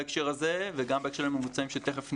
בהקשר הזה וגם בהקשר של הממוצעים שתיכף נראה,